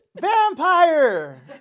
vampire